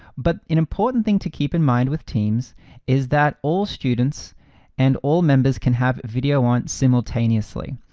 but an important thing to keep in mind with teams is that all students and all members can have video on simultaneously.